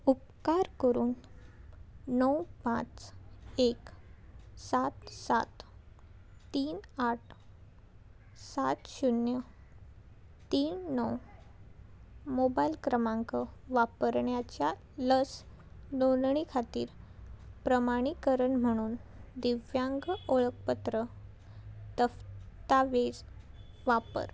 उपकार करून णव पांच एक सात सात तीन आठ सात शुन्य तीन णव मोबायल क्रमांक वापरण्याच्या लस नोंदणी खातीर प्रमाणीकरण म्हणून दिव्यांग ओळखपत्र दफ्तावेज वापर